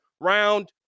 round